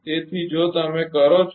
તેથી જો તમે કરો છો